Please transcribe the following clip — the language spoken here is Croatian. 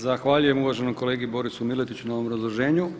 Zahvaljujem uvaženom kolegi Borisu Miletiću na ovom obrazloženju.